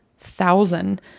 Thousand